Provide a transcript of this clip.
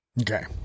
Okay